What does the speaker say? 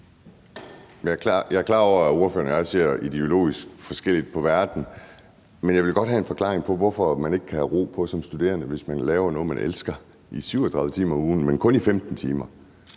Jeg er klar over, at ordføreren og jeg ser ideologisk forskelligt på verden, men jeg vil godt have en forklaring på, hvorfor man ikke kan have ro på som studerende, hvis man laver noget, man elsker, i 37 timer om ugen, og hvorfor man